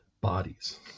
bodies